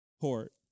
port